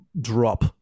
drop